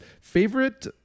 Favorite